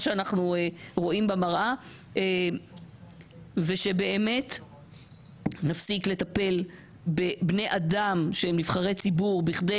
שאנחנו רואים במראה ושבאמת נפסיק לטפל בבני אדם שהם נבחרי ציבור בכדי